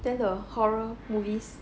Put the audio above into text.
then the horror movies